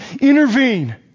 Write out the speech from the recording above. Intervene